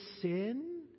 sin